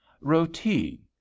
roti